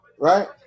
Right